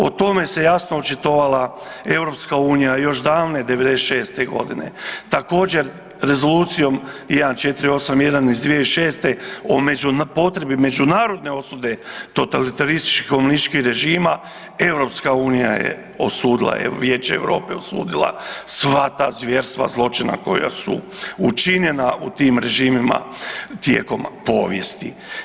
O tome se javno očitovala EU još davne '96. g. Također, Rezolucijom 1481 iz 2006. o potrebi međunarodne osude totalitarističkih komunističkih režima, EU je osudila je, Vijeće EU osudila sva ta zvjerstva, zločina koja su učinjena u tim režimima tijekom povijesti.